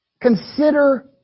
Consider